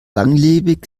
langlebig